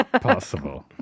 Possible